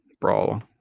Brawl